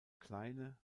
kleine